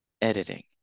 editing